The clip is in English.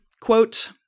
quote